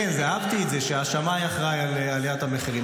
כן, אהבתי את זה, שהשמאי אחראי על עליית המחירים.